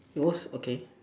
it was okay